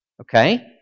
Okay